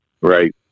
Right